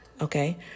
okay